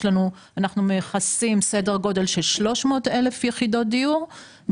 אנחנו מכסים סדר גודל של 30,000 יחידות דיור,